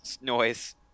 noise